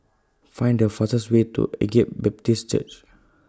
Find The fastest Way to Agape Baptist Church